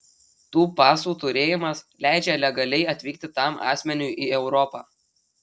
tų pasų turėjimas leidžia legaliai atvykti tam asmeniui į europą